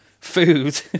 food